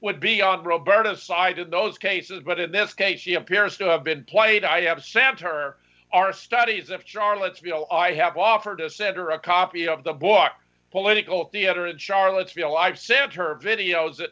would be on roberto decided those cases but in this case he appears to have been played i have santer our studies in charlottesville i have offered to send her a copy of the book political theater in charlottesville i've sent her videos